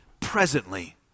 presently